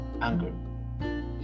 anger